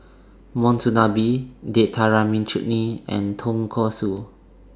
Monsunabe Date Tamarind Chutney and Tonkatsu